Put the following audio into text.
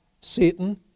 Satan